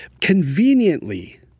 conveniently